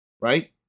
Right